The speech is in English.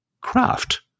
craft